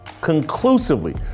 conclusively